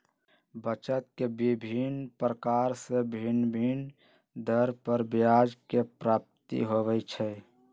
बचत के विभिन्न प्रकार से भिन्न भिन्न दर पर ब्याज के प्राप्ति होइ छइ